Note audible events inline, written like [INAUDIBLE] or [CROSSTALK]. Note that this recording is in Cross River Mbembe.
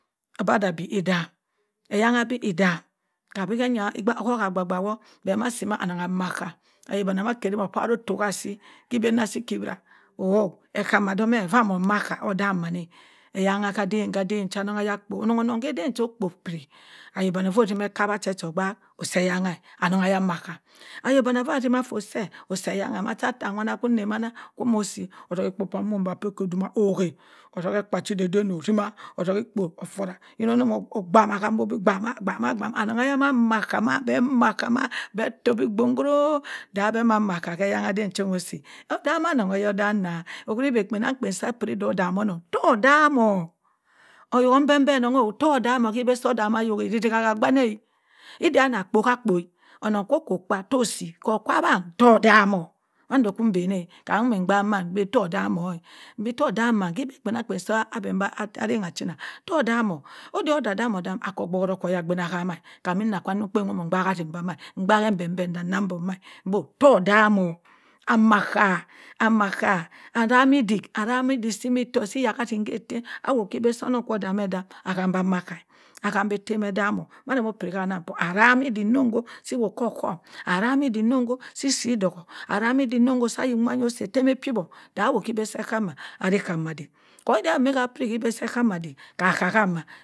Obadaa ebi edak, eyan nna eba edak kam-be maya obak-bak wo be ma, asi ma annon a ma aka, ayok banni ama kari mẹ ato ka asi, ki eba si ki wira [UNINTELLIGIBLE] ẹka-ma domẹ ota mo mak-aka odam man-a eyan-nna ka dam-ka dam chu onnon eyar akpo onnon aden okpo opiri, ayok dami afa atsim ekwa che-che obaak ose, eyan-nna, annon a ma-akka oyok ofa ot osim tot sẹ osi eyan-nna macha atta ku na manya komọ ọsi, ottokh akpo so ki aduma ka moh oha otzuk ekpu gidaden otizima, atzuk ekpo oforu yinna ommo baus ka moh bi [UNINTELLIGIBLE] annon keya amona makka ma bẹ ato bi [UNINTELLIGIBLE] da be amma makka ka eyan nna cho mo si, odam onnon keya odam ka owuri be kpannakpa sa piri tọ odani onnon tọo odam-o ididka ka banna ida annon kpo akpo onnong oko kwa tọ osi, okko kwa odam to odam-o mundo ki danna kam immi baak mu to dam-o mbi todam-mand ki ba kpannan kpa sa abi arang achina todom-o oda odam-adam aki o boro ka oya dink ahama, kam inna kwa onnon kpa omo o baak asim odina m baak empẹnpẹh nna bong ma bo todam-o a makka makka odami dik arami otboku fi hahi ka asim ka ettem ahowa ki ibeh sa onnon odam-e odum oham bi a makka aham bi ettem edam-o aranng piri ndaka arim odik bọ kọ akohohm arami odik sisi odạko arami odik duku sa ayi wa os ettem apiy ko da awo kidaa sa ekka ma ko ida abendi apiri kẹ idu sa ekkama ada kọ emma kka ma.